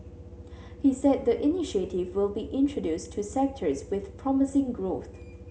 he said the initiative will be introduced to sectors with promising growth